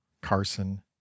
carson